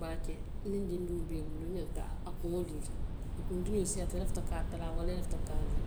Baake niŋ dindiŋo be i bulu i ñanta a kuŋo lii la, a kuntiñoo siyaata i lafita ka a talaa walla i lafita ka a lii,